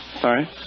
Sorry